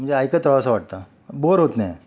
म्हणजे ऐकत राहावंसं वाटतं बोर होत नाही